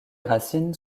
racines